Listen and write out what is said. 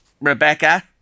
Rebecca